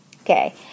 Okay